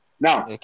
Now